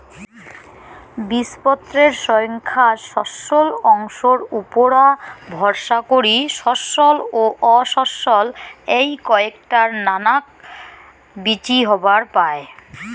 বীজপত্রর সইঙখা শস্যল অংশর উপুরা ভরসা করি শস্যল ও অশস্যল এ্যাই কয়টার নাকান বীচি হবার পায়